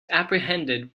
apprehended